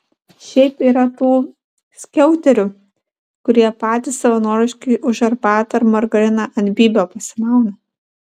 šiaip yra tų skiauterių kurie patys savanoriškai už arbatą ar margariną ant bybio pasimauna